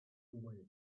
way